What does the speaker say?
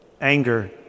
anger